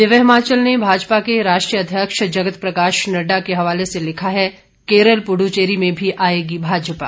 दिव्य हिमाचल ने भाजपा के राष्ट्रीय अध्यक्ष जगत प्रकाश नड्डा के हवाले से लिखा है केरल पुड़डचेरी में भी आएगी भाजपा